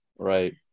right